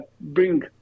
bring